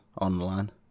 online